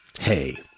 Hey